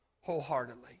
wholeheartedly